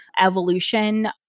evolution